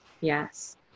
Yes